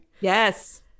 Yes